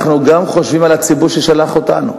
אנחנו גם חושבים על הציבור ששלח אותנו.